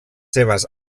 seves